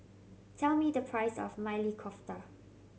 tell me the price of Maili Kofta